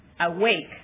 Awake